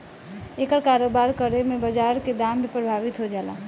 एकर कारोबार करे में बाजार के दाम भी प्रभावित हो जाला